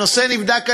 הנושא נבדק על-ידינו,